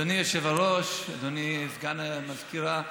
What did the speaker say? אדוני היושב-ראש, אדוני סגן המזכירה,